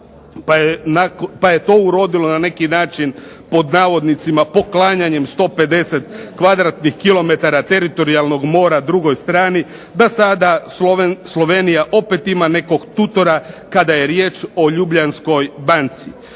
pa je to urodilo na neki način, pod navodnicima "poklanjanjem" 150 kvadratnih km teritorijalnog mora drugoj strani. Da sada Slovenija opet ima nekog tutora kada je riječ o Ljubljanskoj banci.